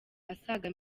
asaga